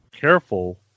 Careful